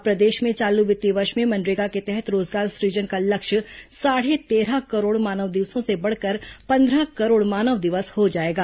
अब प्रदेश में चालू वित्तीय वर्ष में मनरेगा के तहत रोजगार सृजन का लक्ष्य साढ़े तेरह करोड़ मानव दिवसों से बढ़कर पंद्रह करोड़ मानव दिवस हो जाएगा